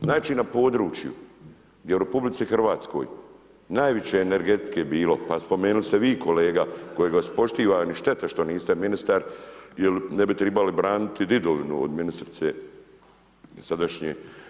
Znači, na području gdje je u RH najviše energetike bilo, pa spomenuli ste vi kolega kojeg vas poštivam i šteta što niste ministar jer ne bi trebali braniti djedovinu od ministrice sadašnje.